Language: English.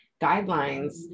guidelines